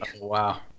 Wow